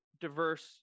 diverse